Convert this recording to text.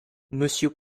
monsieur